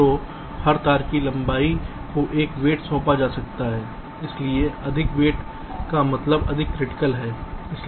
तो हर तार की लंबाई को एक वेट सौंपा जा सकता है इसलिए अधिक वेट का मतलब अधिक क्रिटिकल है